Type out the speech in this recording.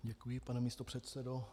Děkuji, pane místopředsedo.